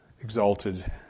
exalted